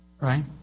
right